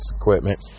equipment